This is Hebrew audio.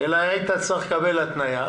אלא היית צריך לקבל התניה,